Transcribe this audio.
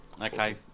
Okay